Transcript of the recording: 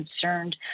concerned